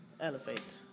elevate